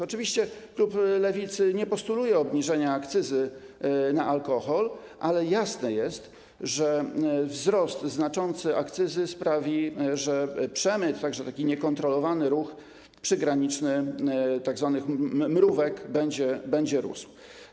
Oczywiście klub Lewicy nie postuluje obniżenia akcyzy na alkohol, ale jasne jest, że znaczący wzrost akcyzy sprawi, że przemyt, także taki niekontrolowany ruch przygraniczny tzw. mrówek, będzie rósł.